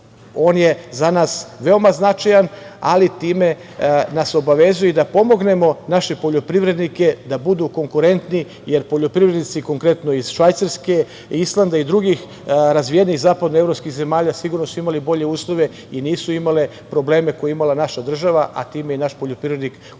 je za nas veoma značajan, ali time nas obavezuje i da pomognemo naše poljoprivrednike da budu konkurentni, jer poljoprivrednici, konkretno iz Švajcarske, Islanda i drugih razvijenih zapadnoevropskih zemalja sigurno su imali bolje uslove i nisu imali probleme koje je imala naša država, a time i naš poljoprivrednik u ovom